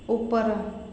ଉପର